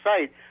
site